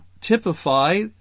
typify